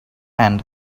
and